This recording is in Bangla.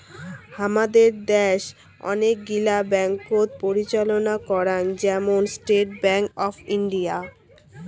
হামাদের দ্যাশ অনেক গিলা ব্যাঙ্ককোত পরিচালনা করাং, যেমন স্টেট ব্যাঙ্ক অফ ইন্ডিয়া